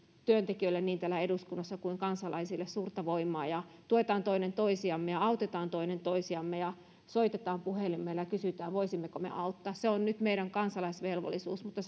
työntekijöille niin täällä eduskunnassa kuin kansalaisille suurta voimaa tuetaan toinen toisiamme ja autetaan toinen toisiamme ja soitetaan puhelimella ja kysytään voisimmeko me auttaa se on nyt meidän kansalaisvelvollisuutemme mutta